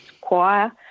choir